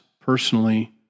personally